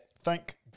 Thank